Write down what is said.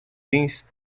jeans